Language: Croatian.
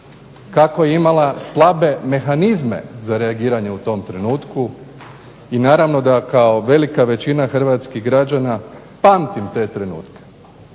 kako je imala slabe mehanizme za reagiranje u tom trenutku i naravno da kao velika većina hrvatskih građana pamtim te trenutke.